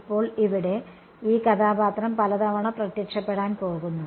ഇപ്പോൾ ഇവിടെ ഈ കഥാപാത്രം പലതവണ പ്രത്യക്ഷപ്പെടാൻ പോകുന്നു